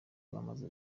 bamaze